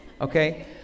Okay